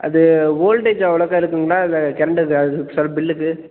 அது வோல்டேஜ் அவ்வளோக்கா இழுக்குங்களா இல்லை கரண்டுக்கு அதுக்கு சார் பில்லுக்கு